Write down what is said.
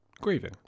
grieving